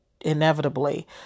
inevitably